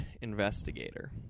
investigator